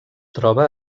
troba